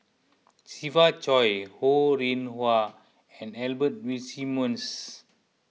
Siva Choy Ho Rih Hwa and Albert Winsemius